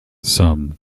some